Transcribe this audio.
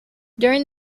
during